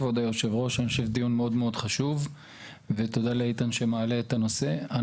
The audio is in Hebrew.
כבר יושב הראש על דיון מאוד מאוד חשוב ותודה לאיתן שמעלה את הנושא.